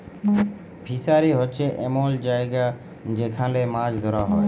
fishery হছে এমল জায়গা যেখালে মাছ ধ্যরা হ্যয়